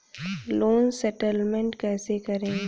Loan settlement कैसे करें?